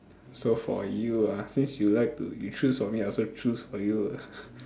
so for you ah since you like to you choose for me I also choose for you ah